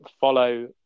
follow